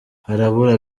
harabura